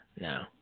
no